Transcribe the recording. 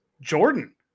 Jordan